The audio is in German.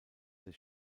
des